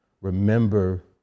remember